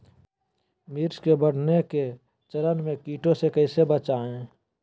मिर्च के बढ़ने के चरण में कीटों से कैसे बचये?